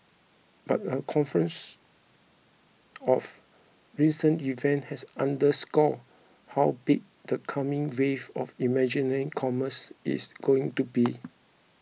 but a confluence of recent events has underscored how big the coming wave of imaginary commerce is going to be